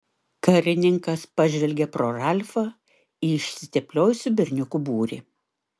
karininkas pažvelgė pro ralfą į išsitepliojusių berniukų būrį